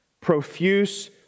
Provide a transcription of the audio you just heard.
Profuse